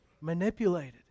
manipulated